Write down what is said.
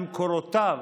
ממקורותיו,